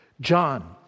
John